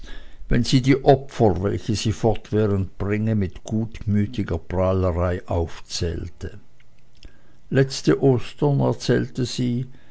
wenn sie die opfer welche sie fortwährend bringe mit gutmütiger prahlerei aufzählte letzte ostern erzählte sie